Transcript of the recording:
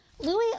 Louis